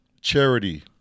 Charity